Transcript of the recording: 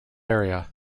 area